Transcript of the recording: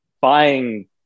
buying